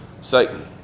Satan